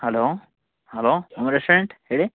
hello hello restaurant ಹೇಳಿ